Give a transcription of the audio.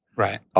right.